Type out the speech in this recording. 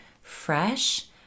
fresh